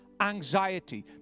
anxiety